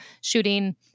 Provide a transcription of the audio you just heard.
shooting